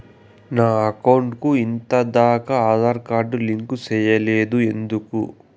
నా అకౌంట్ కు ఎంత దాకా ఆధార్ కార్డు లింకు సేయలేదు ఎందుకు